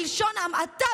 בלשון המעטה,